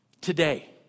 Today